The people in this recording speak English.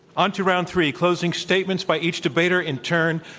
on to round three, closing statements by each debater in turn.